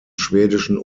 schwedischen